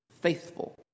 faithful